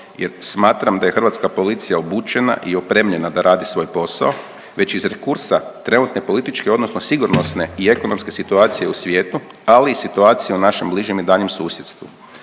jer smatram da je hrvatska policija obučena i opremljena da radi svoj posao već iz rekursa trenutne političke odnosno sigurnosne i ekonomske situacije u svijetu, ali i situacije u našem bližem i daljnjem susjedstvu.